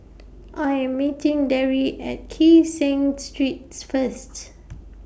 I Am meeting Darry At Kee Seng Streets First